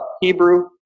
Hebrew